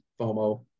FOMO